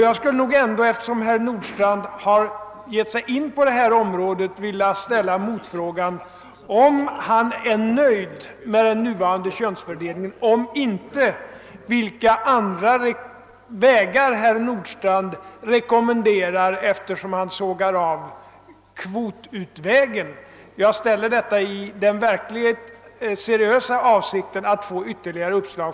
Jag skulle nog ändå, eftersom herr Nordstrandh gett sig in på detta område, vilja ställa motfrågan, om han är nöjd med den nuvarande könsfördelningen och om så inte är fallet vilka andra vägar herr Nordstrandh rekommenderar, eftersom han avvisar tanken på kvotintagning. Jag ställer dessa frågor i den verkligt seriösa avsikten att få ytterligare uppslag.